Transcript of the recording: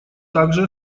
также